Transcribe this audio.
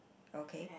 okay